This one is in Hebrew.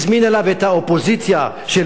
את האופוזיציה של לוב,